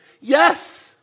yes